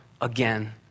again